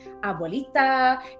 abuelita